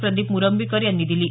प्रदीप मुरंबीकर यांनी दिली आहे